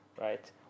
Right